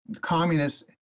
communists